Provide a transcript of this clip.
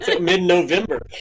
mid-November